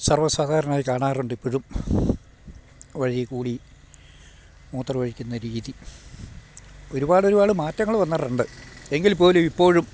സർവ്വ സാധാരണമായി കാണാറുണ്ട് ഇപ്പോഴും വഴിയിൽ കൂടി മൂത്രമൊഴിക്കുന്ന രീതി ഒരുപാടൊരുപാട് മാറ്റങ്ങൾ വന്നിട്ടുണ്ട് എങ്കിൽ പോലും ഇപ്പോഴും